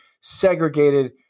segregated